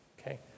Okay